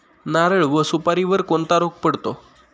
नारळ व सुपारीवर कोणता रोग पडतो?